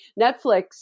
Netflix